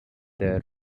their